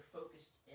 focused